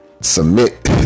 submit